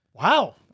wow